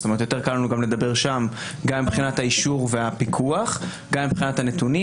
אז קל לנו יותר לדבר שם גם בגלל האישור והפיקוח וגם בגלל הנתונים.